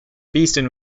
beeston